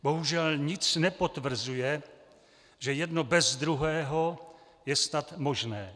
Bohužel nic nepotvrzuje, že jedno bez druhého je snad možné.